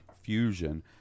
Fusion